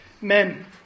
Men